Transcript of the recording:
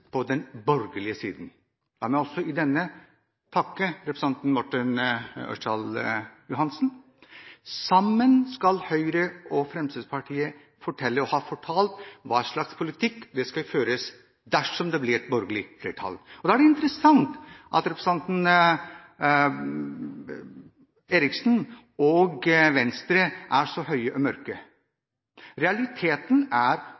på den borgerlige siden. La meg også takke representanten Morten Ørsal Johansen. Sammen har Høyre og Fremskrittspartiet fortalt hva slags politikk som skal føres dersom det blir et borgerlig flertall. Da er det interessant at representanten Eriksen – og Venstre – er så høye og mørke. Realiteten er